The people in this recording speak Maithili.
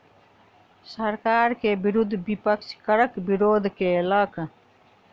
सरकार के विरुद्ध विपक्ष करक विरोध केलक